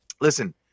Listen